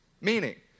meaning